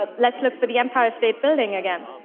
but let's look for the empire state building again.